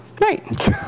Right